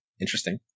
interesting